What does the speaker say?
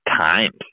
times